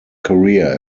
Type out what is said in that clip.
career